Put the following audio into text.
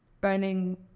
burning